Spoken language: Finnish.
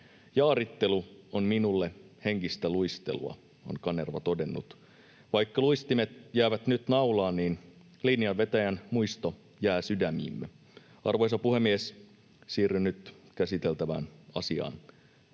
”Jaarittelu on minulle henkistä luistelua”, on Kanerva todennut. Vaikka luistimet jäävät nyt naulaan, niin linjanvetäjän muisto jää sydämiimme. Arvoisa puhemies! Siirryn nyt käsiteltävään asiaan.